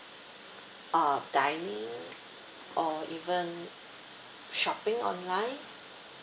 uh dining or even shopping online